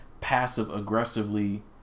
passive-aggressively